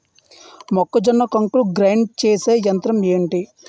మొక్కజొన్న కంకులు గ్రైండ్ చేసే యంత్రం ఏంటి?